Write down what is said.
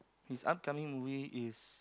his upcoming movie is